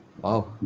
Wow